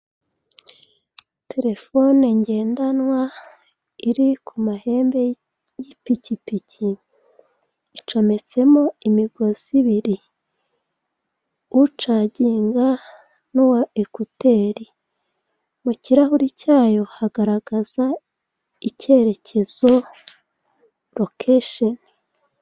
Terefone ngendanwa iri ku mahembe y'ipikipiki icometsemo imigozi ibiri ucaginga n'uwa ekuteri mu kirahure cyayo hagaragaza icyerekezo lokesheni.